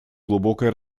глубокое